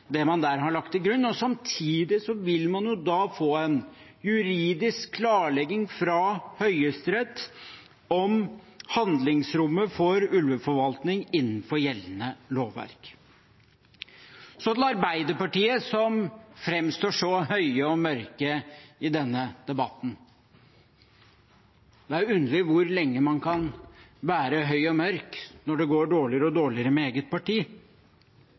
det man der har lagt til grunn. Samtidig vil man jo da få en juridisk klarlegging fra Høyesterett om handlingsrommet for ulveforvaltning innenfor gjeldende lovverk. Så til Arbeiderpartiet, som framstår så høye og mørke i denne debatten: Det er underlig hvor lenge man kan være høy og mørk når det går dårligere og dårligere med eget parti.